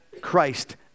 Christ